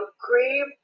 cream